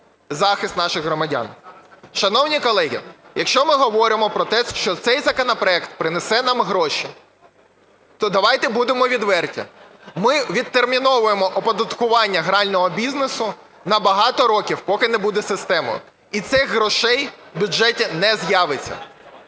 захист наших громадян. Шановні колеги, якщо ми говоримо про те, що цей законопроект принесе нам гроші, то давайте будемо відверті, ми відтерміновуємо оподаткування грального бізнесу на багато років, поки не буде системи і цих грошей в бюджеті не з'явиться.